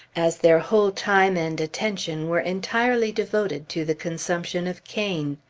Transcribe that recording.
as their whole time and attention were entirely devoted to the consumption of cane.